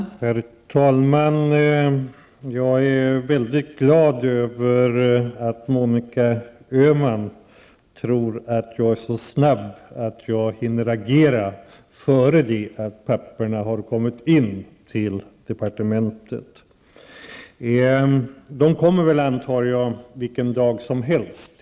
Herr talman! Jag är mycket glad över att Monica Öhman tror att jag är så snabb att jag hinner agera innan papperen har kommit in till departementet. Jag antar att de kommer vilken dag som helst.